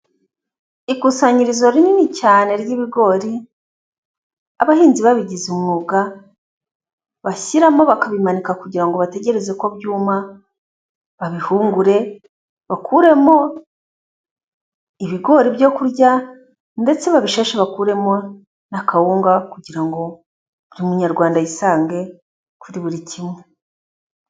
Ikusanyirizo rinini cyane ry'ibigori, abahinzi babigize umwuga bashyiramo bakabimanika kugira ngo bategereze ko byuma, babihungure bakuremo ibigori byo kurya ndetse babisheshe bakuremo n'akawunga, kugira ngo buri munyarwanda yisange kuri buri kimwe.